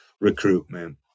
recruitment